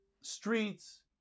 streets